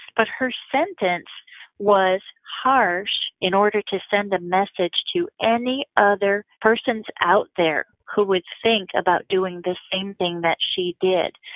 but her sentence was harsh in order to send a message to any other persons out there who would think about doing the same thing that she did.